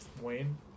Wayne